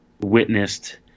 witnessed